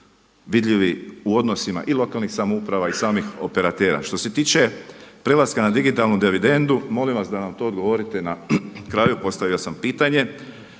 vidljivi u odnosima i lokalnih samouprava i samih operatera. Što se tiče prelaska na digitalnu dividendu molim vas da nam to odgovorite na kraju, postavio sam pitanje.